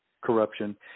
corruption